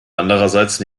andererseits